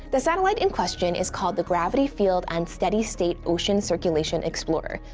the satellite in question is called the gravity field and steady-state ocean circulation explorer,